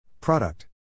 Product